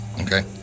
Okay